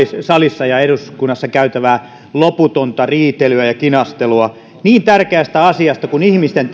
salissa ja eduskunnassa käytävää loputonta riitelyä ja kinastelua niin tärkeästä asiasta kuin ihmisten